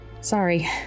Sorry